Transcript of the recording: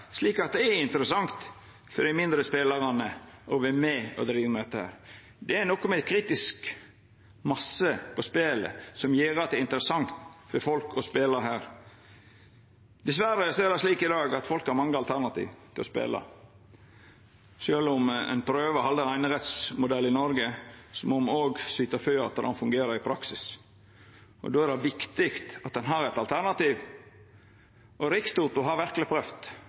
slik at det er interessant for dei mindre spelarane å vera med og driva med dette. Det er noko med ein kritisk masse for spelet som gjer at det er interessant for folk å spela her. Dessverre er det slik i dag at folk har mange alternativ til å spela. Sjølv om ein prøver å halda på ein einerettsmodell i Noreg, må vi òg syta for at han fungerer i praksis, og då er det viktig at ein har eit alternativ. Rikstoto har verkeleg